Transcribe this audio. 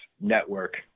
network